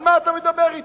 על מה אתה מדבר אתי?